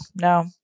No